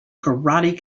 karate